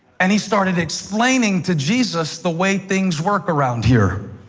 and he started explaining to jesus the way things work around here.